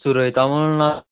सुरय तांदूळ ना